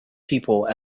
people